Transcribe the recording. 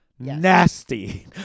nasty